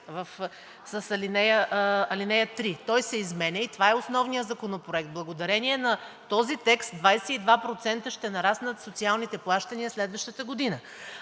ал. 3 – той се изменя и това е основният законопроект, а благодарение на този текст с 22% ще нараснат социалните плащания следващата година.